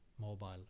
mobile